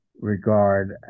regard